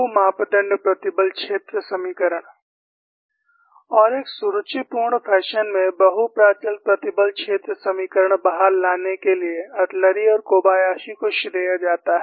बहु मापदण्ड प्रतिबल क्षेत्र समीकरण और एक सुरुचिपूर्ण फैशन में बहु प्राचल प्रतिबल क्षेत्र समीकरण बाहर लाने के लिए अट्लुरी और कोबायाशी को श्रेय जाता है